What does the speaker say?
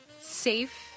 safe